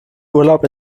urlaub